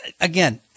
Again